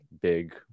big